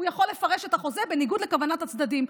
הוא יכול לפרש את החוזה בניגוד לכוונת הצדדים.